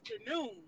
afternoon